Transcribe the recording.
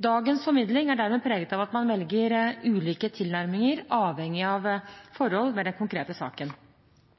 Dagens formidling er dermed preget av at man velger ulike tilnærminger avhengig av forhold ved den konkrete saken.